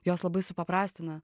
jos labai supaprastina